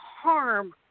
harm